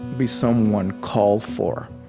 be someone called for.